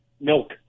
milk